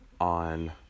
on